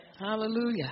Hallelujah